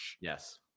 yes